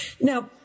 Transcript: now